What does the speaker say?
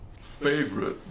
favorite